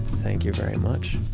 thank you very much.